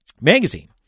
magazine